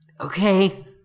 Okay